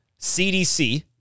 CDC